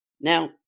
Now